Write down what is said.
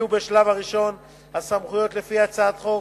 בשלב ראשון יהיו הסמכויות לפי הצעת חוק